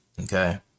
Okay